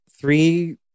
three